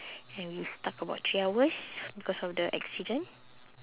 and we stuck about three hours because of the accident